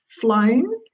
flown